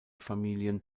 familien